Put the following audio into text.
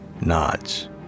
nods